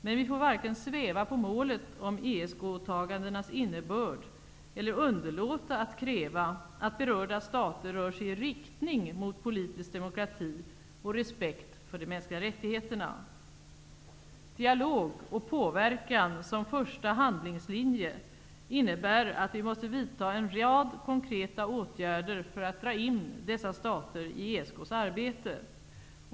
Men vi får varken sväva på målet om ESK åtagandenas innebörd eller underlåta att kräva att berörda stater rör sig i riktning mot politisk demokrati och respekt för de mänskliga rättigheterna. -- Dialog och påverkan som första handlingslinje innebär att vi måste vidta en rad konkreta åtgärder för att dra in dessa stater i ESK:s arbete.